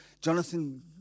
Jonathan